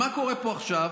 מה קורה פה עכשיו?